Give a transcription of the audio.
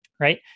Right